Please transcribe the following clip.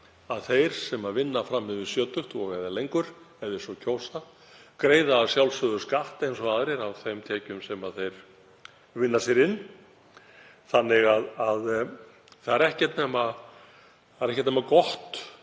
að þeir sem vinna fram yfir sjötugt og/eða lengur, ef þeir svo kjósa, greiða að sjálfsögðu skatt eins og aðrir af þeim tekjum sem þeir vinna sér inn þannig að það er ekkert nema gott